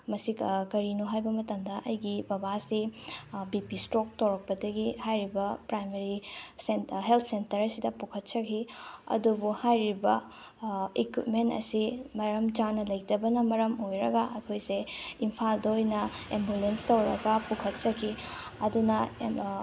ꯃꯁꯤꯒ ꯀꯔꯤꯅꯣ ꯍꯥꯏꯕ ꯃꯇꯝꯗ ꯑꯩꯒꯤ ꯕꯕꯥꯁꯦ ꯕꯤ ꯄꯤ ꯏꯁꯇ꯭ꯔꯣꯛ ꯇꯧꯔꯛꯄꯗꯒꯤ ꯍꯥꯏꯔꯤꯕ ꯄ꯭ꯔꯥꯏꯃꯔꯤ ꯍꯦꯜ ꯁꯦꯟꯇ꯭ꯔ ꯑꯁꯤꯗ ꯄꯨꯈꯠꯆꯈꯤ ꯑꯗꯨꯕꯨ ꯍꯥꯏꯔꯤꯕ ꯏꯀ꯭ꯋꯤꯞꯃꯦꯟ ꯑꯁꯤ ꯃꯔꯝ ꯆꯥꯅ ꯂꯩꯇꯕꯅ ꯃꯔꯝ ꯑꯣꯏꯔꯒ ꯑꯩꯈꯣꯏꯁꯦ ꯏꯝꯐꯥꯜꯗ ꯑꯣꯏꯅ ꯑꯦꯝꯕꯨꯂꯦꯁ ꯇꯧꯔꯒ ꯄꯨꯈꯠꯆꯈꯤ ꯑꯗꯨꯅ